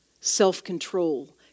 self-control